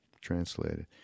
translated